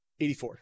84